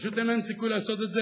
פשוט אין להם סיכוי לעשות את זה,